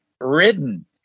ridden